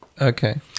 Okay